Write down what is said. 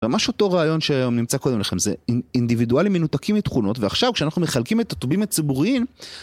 ממש אותו רעיון שנמצא קודם לכן, זה אינדיבידואלים מנותקים מתכונות, ועכשיו כשאנחנו מחלקים את הטובים הציבוריים